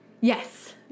Yes